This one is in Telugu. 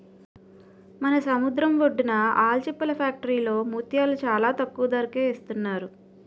మన సముద్రం ఒడ్డున ఆల్చిప్పల ఫ్యాక్టరీలో ముత్యాలు చాలా తక్కువ ధరకే ఇస్తున్నారు